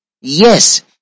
yes